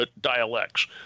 dialects